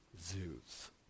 zoos